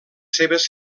seves